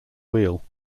wheel